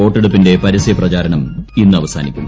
വോട്ടെടുപ്പിന്റെ പരസ്യപ്രചാരണം ഇന്ന് അവസാനിക്കും